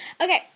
Okay